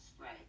Right